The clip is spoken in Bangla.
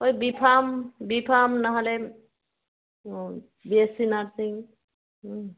ওই বিফার্ম বিফার্ম না হলে ও বিএসসি নার্সিং হুম